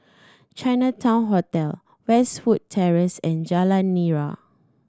Chinatown Hotel Westwood Terrace and Jalan Nira